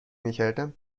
میکردم